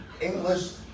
English